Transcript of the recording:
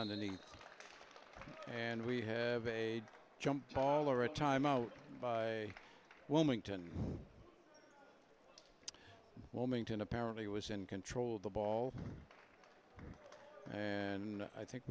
underneath and we have a jump ball or a time out by wilmington while minton apparently was in control of the ball and i think